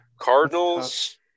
Cardinals